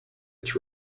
its